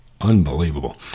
unbelievable